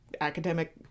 academic